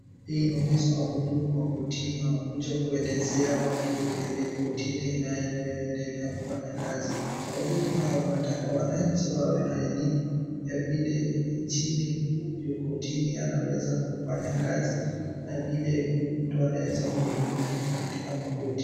Hii inaonyesha wahudumu wa kotini wanakuja kuelezea watu vile kotini inavyoendelea kufanya kazi. Wahudumu hawa wanataka wananchi wawe na elimu, ya vile nchini, kotini yanaweza kufanya kazi, na vile mtu anaweza kuhudumika katika makoti .